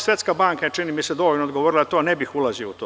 Svetska banka je, čini mi se, dovoljno odgovorila na to, pa ne bih ulazio u to.